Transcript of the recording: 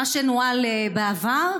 את מה שנוהל בעבר,